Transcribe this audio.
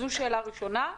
שאלה שנייה: